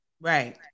Right